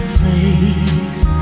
face